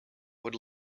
would